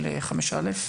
של סעיף 5(א),